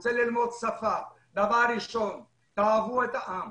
למי שרוצה ללמוד שפה ואומר שדבר ראשון תאהבו את העם,